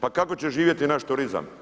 Pa kako će živjeti naš turizam?